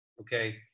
Okay